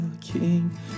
King